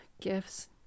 gifts